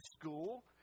school